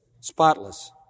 spotless